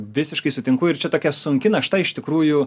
visiškai sutinku ir čia tokia sunki našta iš tikrųjų